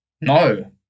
No